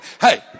hey